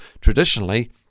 traditionally